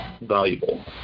valuable